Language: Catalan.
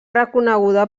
reconeguda